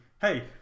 Hey